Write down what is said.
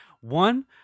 One